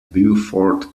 beaufort